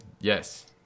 Yes